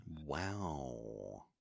Wow